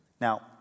Now